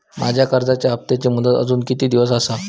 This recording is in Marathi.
माझ्या कर्जाचा हप्ताची मुदत अजून किती दिवस असा?